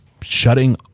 shutting